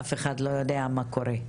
אף אחד לא יודע מה קורה.